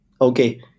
Okay